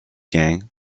gang